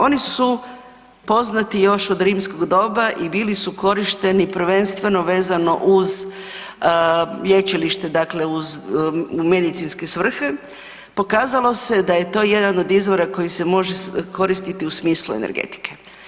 Oni su poznati još od Rimskog doba i bili su korišteni prvenstveno vezano uz lječilište, dakle u medicinske svrhe pokazalo se da je to jedan od izvora koji se može koristiti u smislu energetike.